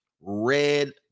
red